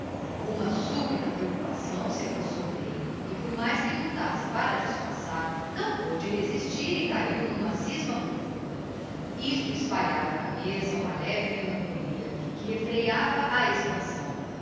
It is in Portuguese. uma súbita preoccupação se apossou d'elle e por mais queluctasse para disfarçar não poude resistir e cahiu n'uma scisma profunda isto espalhava na mesa uma leve melancolia que refreiava a expansão